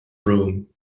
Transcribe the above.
rome